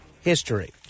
history